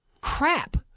crap